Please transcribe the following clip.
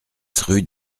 rue